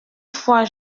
fois